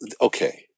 okay